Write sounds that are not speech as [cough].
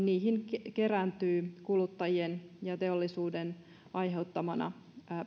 [unintelligible] niihin kerääntyy kuluttajien ja teollisuuden aiheuttamana